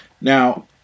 Now